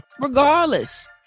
regardless